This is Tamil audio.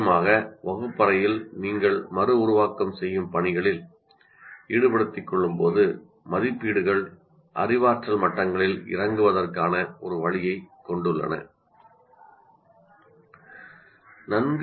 முக்கியமாக வகுப்பறையில் நீங்கள் மறுஉருவாக்கம் செய்யும் பணிகளில் ஈடுபடுத்திகொள்ளும்போது மதிப்பீடுகள் அறிவாற்றல் மட்டங்களில் இறங்குவதற்கான ஒரு வழியைக் கொண்டுள்ளன